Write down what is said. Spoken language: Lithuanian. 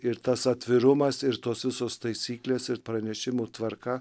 ir tas atvirumas ir tos visos taisyklės ir pranešimų tvarka